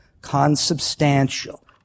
Consubstantial